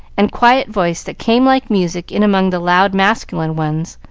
and quiet voice that came like music in among the loud masculine ones,